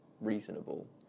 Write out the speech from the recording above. reasonable